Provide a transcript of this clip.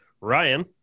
Ryan